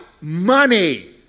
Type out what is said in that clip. money